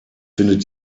findet